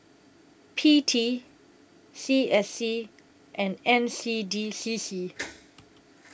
P T C S C and N C D C C